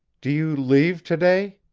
do you leave to-day?